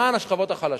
למען השכבות החלשות.